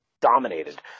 dominated